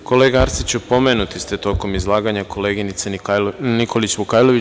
Kolega Arsiću, pomenuti ste tokom izlaganja koleginice Nikolić Vukajlović.